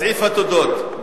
סעיף התודות,